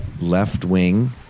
left-wing